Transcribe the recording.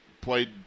Played